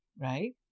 right